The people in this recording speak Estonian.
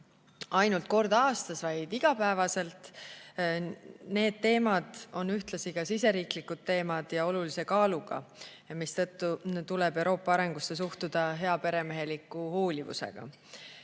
ainult kord aastas, vaid iga päev. Need teemad on ühtlasi ka siseriiklikud teemad ja olulise kaaluga, mistõttu tuleb Euroopa arengusse suhtuda heaperemeheliku hoolivusega.